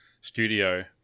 studio